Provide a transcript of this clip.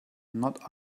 not